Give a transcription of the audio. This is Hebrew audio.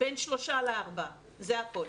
בין שלושה לארבעה, זה הכול.